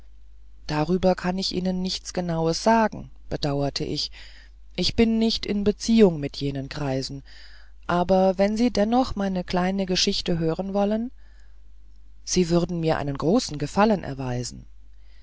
darüber kann ich ihnen nichts genaues sagen bedauerte ich ich bin nicht in beziehung mit jenen kreisen aber wenn sie dennoch meine kleine geschichte hören wollen sie würden mir einen großen gefallen erweisen